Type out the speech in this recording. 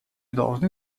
должны